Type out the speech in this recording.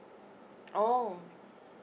oh